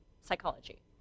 psychology